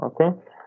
Okay